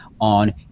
on